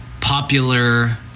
popular